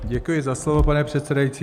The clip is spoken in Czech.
Děkuji za slovo, pane předsedající.